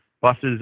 Buses